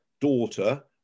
daughter